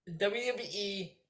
WWE